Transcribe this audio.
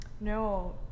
No